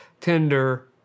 Tinder